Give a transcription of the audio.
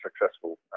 successful